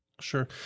Sure